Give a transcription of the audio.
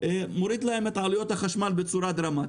מוריד להם את עלויות החשמל בצורה דרמטית.